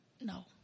No